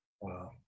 Wow